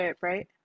right